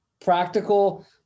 practical